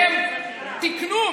והם "תיקנו",